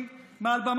תמיד אתה ישן כשצריך.